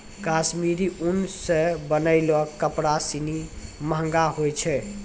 कश्मीरी उन सें बनलो कपड़ा सिनी महंगो होय छै